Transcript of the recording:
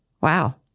Wow